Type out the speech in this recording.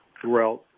throughout